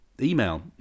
email